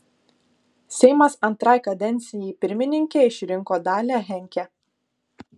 seimas antrai kadencijai pirmininke išrinko dalią henke